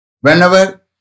whenever